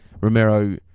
Romero